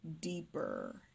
deeper